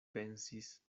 pensis